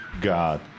God